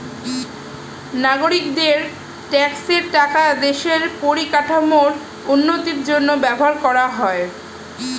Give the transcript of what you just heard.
নাগরিকদের ট্যাক্সের টাকা দেশের পরিকাঠামোর উন্নতির জন্য ব্যবহার করা হয়